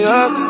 up